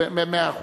במאה אחוז.